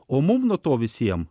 o mums nuo to visiems